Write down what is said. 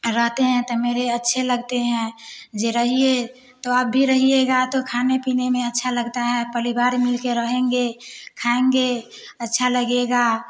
रहते हैं तो मेरे अच्छे लगते हैं जे रहिए तो आप भी रहिएगा तो खाने पीने में अच्छा लगता है परिवार मिल के रहेंगे खाएँगे अच्छा लगेगा